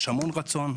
יש המון רצון.